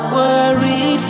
worry